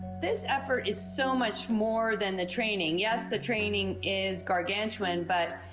this effort is so much more than the training. yes. the training is gargantuan, but.